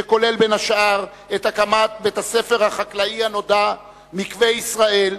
שכולל בין השאר את הקמת בית-הספר החקלאי הנודע "מקווה ישראל",